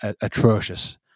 atrocious